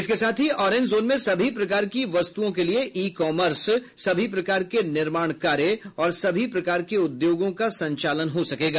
इसके साथ ही ऑरेंज जोन में सभी प्रकार की वस्तुओं के लिए ई कॉमर्स सभी प्रकार के निर्माण कार्य और सभी प्रकार के उद्योगों का संचालन हो सकेगा